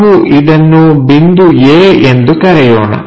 ನಾವು ಇದನ್ನು ಬಿಂದು A ಎಂದು ಕರೆಯೋಣ